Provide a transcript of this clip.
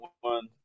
one